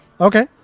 Okay